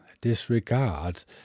disregard